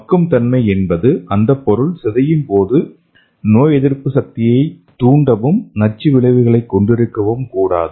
மக்கும் தன்மை என்பது அந்தப் பொருள் சிதையும் போது நோய் எதிர்ப்பு சக்தியை தூண்டவும் நச்சு விளைவுகளை கொண்டிருக்கவும் கூடாது